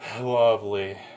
Lovely